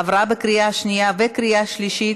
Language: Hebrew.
עברה בקריאה שנייה וקריאה שלישית,